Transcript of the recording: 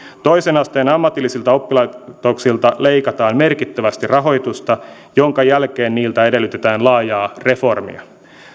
toisen asteen ammatillisilta oppilaitoksilta leikataan merkittävästi rahoitusta jonka jälkeen niiltä edellytetään laajaa reformia